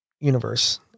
universe